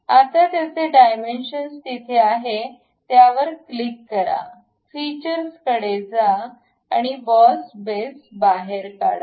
आता त्याचे डायमेन्शन्स तिथे आहेत यावर क्लिक करा फीचर्स कडे जा बॉस बेस बाहेर काढा